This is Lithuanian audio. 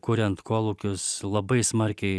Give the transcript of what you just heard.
kuriant kolūkius labai smarkiai